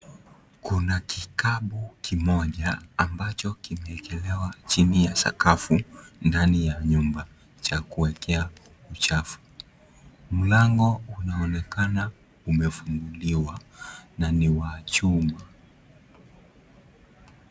Kuna kikapu kimoja ambacho kimeekelewa chini ya sakafu ndani ya nyumba cha kuekelea uchafu, mlango unaonekana umefunguliwa na ni wa chuma.